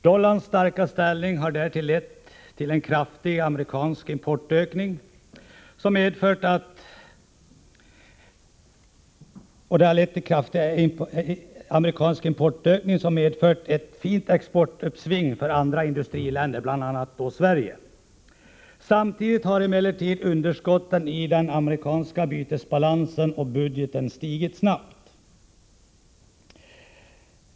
Dollarns starka ställning har därtill lett till en kraftig amerikansk importökning, som medfört ett fint exportuppsving för andra industriländer, bl.a. Sverige. Samtidigt har emellertid underskotten i den amerikanska bytesbalansen och budgeten ökat snabbt.